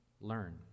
learn